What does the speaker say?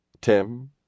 Tim